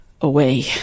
away